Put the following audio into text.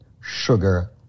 sugar